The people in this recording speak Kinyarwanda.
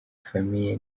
famille